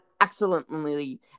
excellently